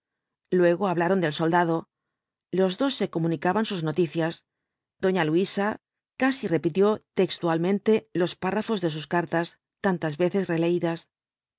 luego hablaron del soldado los dos se comunicaban sus noticias doña luisa casi repitió textualmente los párrafos de sus cartas tantas veces releídas